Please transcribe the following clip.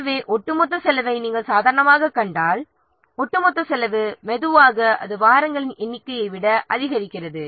எனவே ஒட்டுமொத்த செலவை நாம் சாதாரணமாகக் கண்டால் ஒட்டுமொத்த செலவு மெதுவாக வாரங்களின் எண்ணிக்கையை விட அதிகரிக்கிறது